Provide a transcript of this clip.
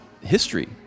history